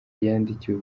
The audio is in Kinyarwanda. yandikiwe